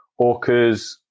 orcas